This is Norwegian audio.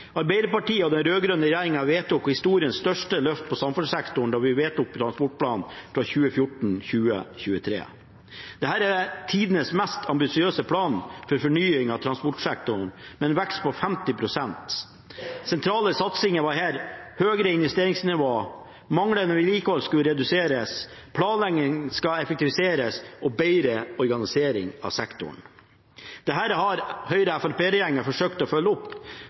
Arbeiderpartiet og den rød-grønne regjeringen vedtok historiens største løft på samferdselssektoren da vi vedtok Nasjonal transportplan for 2014–2023. Det er tidenes mest ambisiøse plan for fornying av transportsektoren, med en vekst på 50 pst. Sentrale satsinger var her et høyere investeringsnivå, manglende vedlikehold skal reduseres, planlegging skal effektiviseres, og det skal være bedre organisering av sektoren. Dette har Høyre–Fremskrittsparti-regjeringen forsøkt å følge opp,